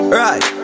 right